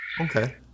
Okay